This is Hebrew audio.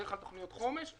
בדרך כלל תוכניות חומש.